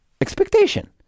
expectation